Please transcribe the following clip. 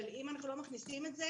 אבל אם אנחנו לא מכניסים את זה